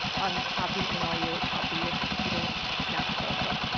i'm happy to email you a copy if you didn't snap a photo.